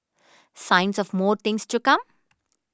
signs of more things to come